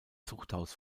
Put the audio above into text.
zuchthaus